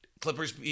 Clippers